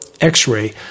X-ray